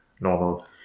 normal